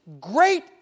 great